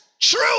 True